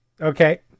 Okay